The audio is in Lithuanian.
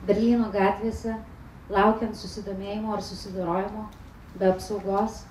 berlyno gatvėse laukiant susidomėjimo ar susidorojimo be apsaugos